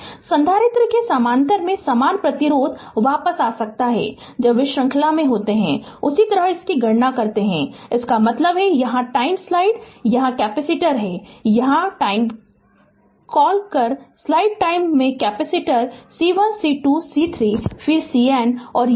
संधारित्र के समानांतर में समान प्रतिरोध वापस आ सकता है जब वे श्रृंखला में होते हैं तो उसी तरह गणना करते हैं इसका मतलब है कि यहां स्लाइड टाइम यहां कैपेसिटर है यहां स्लाइड टाइम कॉल कर स्लाइड टाइम में कैपेसिटर C1 C2 C3 फिर CN है और यह Cequivalent है